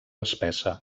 espessa